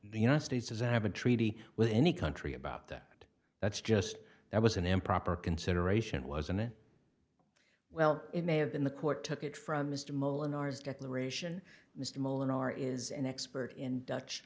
the united states as i have a treaty with any country about that that's just that was an improper consideration wasn't it well it may have been the court took it from mr mullen ours declaration mr mullen are is an expert in dutch